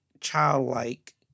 childlike